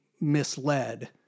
misled